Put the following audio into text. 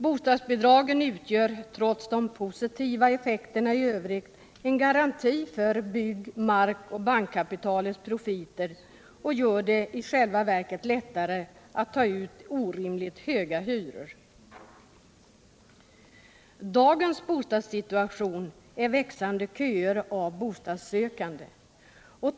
Bostadsbidragen utgör, trots de positiva effekterna i övrigt, en garanti för bygg-, markoch bankkapitalets profiter och gör det i själva verket lätrare att ta ut orimligt höga hyror. Dagens bostadssituation utmärks av växande köer av bostadssökande.